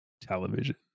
television